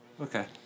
Okay